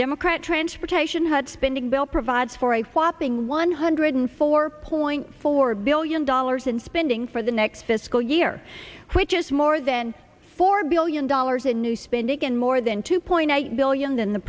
democrat transportation had spending bill provides for a whopping one hundred four point four billion dollars in spending for the next fiscal year which is more than four billion dollars in new spending and more than two point eight billion than the